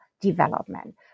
development